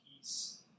peace